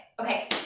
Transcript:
Okay